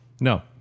No